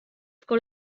sco